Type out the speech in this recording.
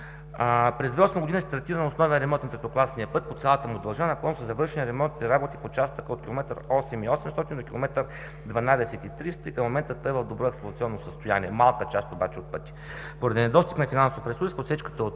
През 2008 г. е стартиран основен ремонт на третокласния път по цялата му дължина, напълно са завършени ремонтните работи в участъка от километър 8,800 до километър 12,300 и към момента той е в добро експлоатационно състояние, малка част обаче от пътя. Поради недостиг на финансов ресурс отсечката от